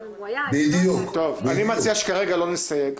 אני מציע שכרגע לא נסייג.